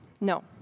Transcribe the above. No